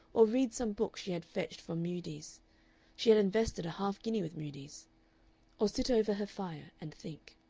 or read some book she had fetched from mudie's she had invested a half-guinea with mudie's or sit over her fire and think.